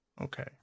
Okay